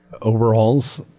overalls